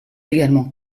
également